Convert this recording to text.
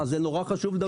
נורא חשוב לדבר על זה.